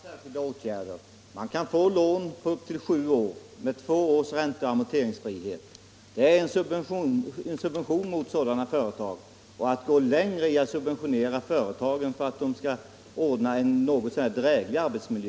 Herr talman! Det har vidtagits särskilda åtgärder. Man kan få lån på upp till sju år med två års ränte och amorterir gsfrihet. Det är en subvention till sådana företag, och utskottet kan inte tänka sig att gå längre när det gäller att subventionera företagen för att de skall ordna en något så när dräglig arbetsmiljö.